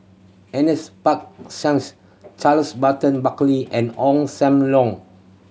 Ernest P Shanks Charles Burton Buckley and Ong Sam Leong